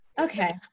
okay